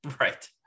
right